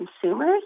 consumers